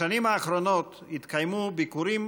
בשנים האחרונות התקיימו ביקורים